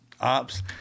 ops